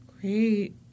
Great